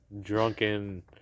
drunken